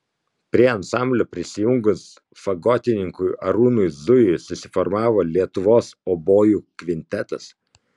prie ansamblio prisijungus fagotininkui arūnui zujui susiformavo lietuvos obojų kvintetas